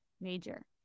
major